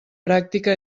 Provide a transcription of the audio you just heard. pràctica